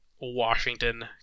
Washington